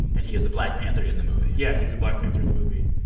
and he is the black panther in the movie? yeah. he's the black panther in the movie.